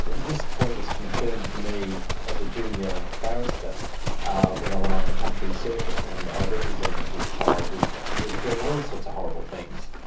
this point was confirmed for me as a junior barrister when i went on a country circuit, and i represented this child who was doing all sorts of horrible things,